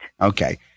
Okay